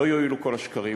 לא יועילו כל השקרים,